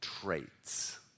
Traits